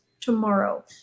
tomorrow